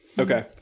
Okay